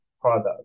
product